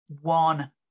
one